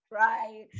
Right